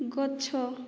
ଗଛ